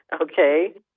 Okay